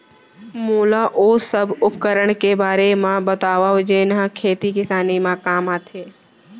मोला ओ सब उपकरण के बारे म बतावव जेन ह खेती किसानी म काम आथे?